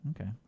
Okay